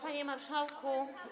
Panie Marszałku!